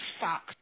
fuck